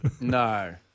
no